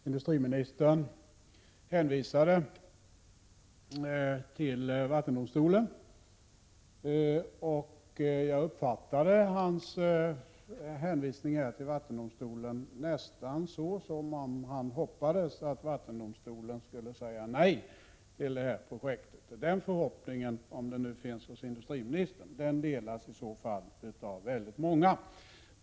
Herr talman! Industriministern hänvisade till vattendomstolen, och jag uppfattade hans hänvisning som om han nästan hoppades att vattendomstolen skulle säga nej till projektet. Den förhoppningen — om den nu finns hos industriministern — delas i så fall av många.